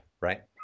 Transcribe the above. right